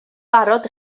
barod